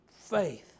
Faith